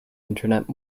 internet